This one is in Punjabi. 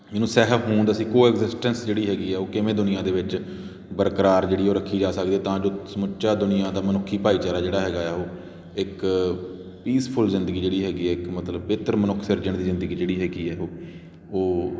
ਇਹਨੂੰ ਸਹਿਹੋਂਦ ਅਸੀਂ ਕੋ ਐਗਜ਼ਿਸਟੈਂਸ ਜਿਹੜੀ ਹੈਗੀ ਆ ਓਹ ਕਿਵੇਂ ਦੁਨੀਆਂ ਦੇ ਵਿੱਚ ਬਰਕਰਾਰ ਜਿਹੜੀ ਉਹ ਰੱਖੀ ਜਾ ਸਕਦੀ ਹੈ ਤਾਂ ਜੋ ਸਮੁੱਚਾ ਦੁਨੀਆਂ ਦਾ ਮਨੁੱਖੀ ਭਾਈਚਾਰਾ ਜਿਹੜਾ ਹੈਗਾ ਆ ਓਹ ਇੱਕ ਪੀਸਫੁੱਲ ਜ਼ਿੰਦਗੀ ਜਿਹੜੀ ਹੈਗੀ ਹੈ ਇੱਕ ਮਤਲਬ ਬਿਹਤਰ ਮਨੁੱਖ ਸਿਰਜਨ ਦੀ ਜ਼ਿੰਦਗੀ ਜਿਹੜੀ ਹੈਗੀ ਹੈ ਓਹ ਓਹ